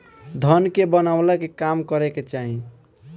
धन के बनवला के काम करे के चाही